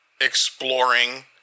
exploring